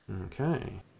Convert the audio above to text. Okay